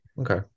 Okay